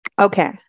Okay